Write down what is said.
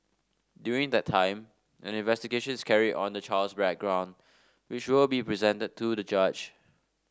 during that time an investigation is carried on the child's background which will be presented to the judge